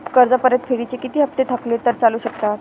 कर्ज परतफेडीचे किती हप्ते थकले तर चालू शकतात?